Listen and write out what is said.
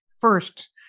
first